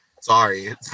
Sorry